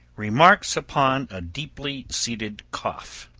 remarks upon a deeply seated cough.